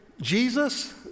Jesus